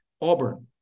Auburn